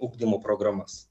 ugdymo programas